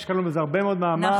השקענו בזה הרבה מאוד מאמץ,